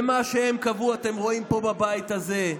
ואת מה שהם קבעו אתם רואים פה בבית הזה.